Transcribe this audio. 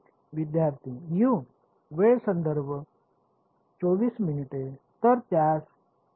विद्यार्थी यू तर त्यास अधीन केले जाईल